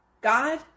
God